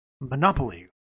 Monopoly